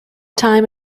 time